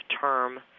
term